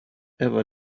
ever